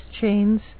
chains